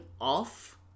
off